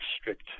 strict